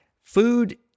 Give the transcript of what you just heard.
Food